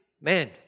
man